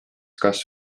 kas